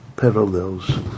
parallels